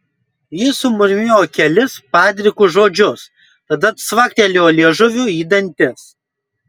jis sumurmėjo kelis padrikus žodžius tada cvaktelėjo liežuviu į dantis